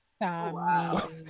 Wow